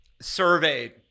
surveyed